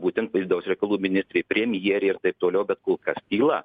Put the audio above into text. būtent vidaus reikalų ministrė premjerė ir taip toliau bet kol kas tyla